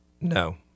no